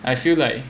I feel like